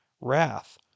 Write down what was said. wrath